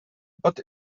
but